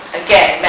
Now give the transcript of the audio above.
again